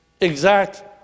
exact